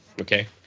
okay